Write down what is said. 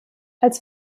als